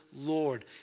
Lord